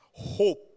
hope